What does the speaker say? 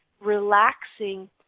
relaxing